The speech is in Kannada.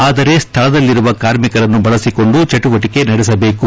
ಆದರೆ ಸ್ಲಳದಲ್ಲಿರುವ ಕಾರ್ಮಿಕರನ್ನು ಬಳಸಿಕೊಂಡು ಚಟುವಟಿಕೆ ನಡೆಸಬೇಕು